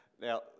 now